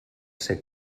ser